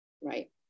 right